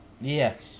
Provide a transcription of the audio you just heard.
yes